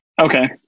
Okay